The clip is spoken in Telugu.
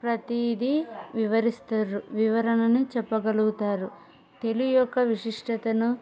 ప్రతీదీ వివరిస్తారు వివరణను చెప్పగలుగుతారు తెలుగు యొక్క విశిష్టతను